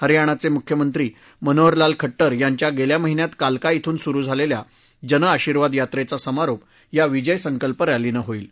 हरियाणाचे मुख्यमंत्री मनोहर लाल खड्टर यांच्या गेल्या महिन्यात काल्का इथून सुरू झालेल्या जन आशीर्वाद यात्रेचा समारोप या विजय संकल्प रॅलीनं होईल